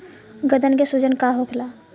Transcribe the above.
गदन के सूजन का होला?